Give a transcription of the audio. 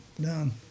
done